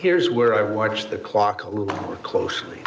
here's where i watched the clock closely